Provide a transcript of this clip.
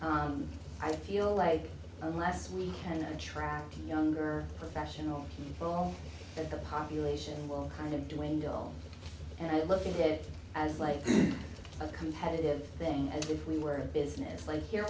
economy i feel like unless we can attract younger professional people that the population will kind of dwindle and i look at it as like a competitive thing and if we were business like here